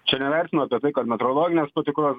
čia nevertinu apie tai kad metrologinės patikros